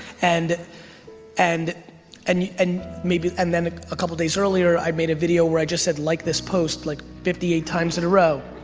and and and yeah and and then a couple of days earlier, i made a video where i just said, like this post, like fifty eight times in a row,